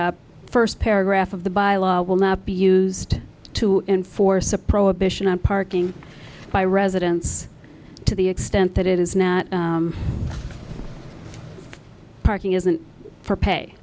the first paragraph of the by law will not be used to enforce a prohibition on parking by residents to the extent that it is not parking isn't for p